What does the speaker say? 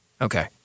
Okay